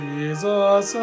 Jesus